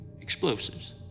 explosives